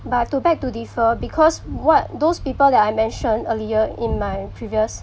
but to beg to differ because what those people that I mentioned earlier in my previous